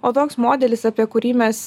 o toks modelis apie kurį mes